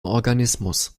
organismus